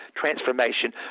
transformation